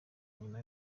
nyuma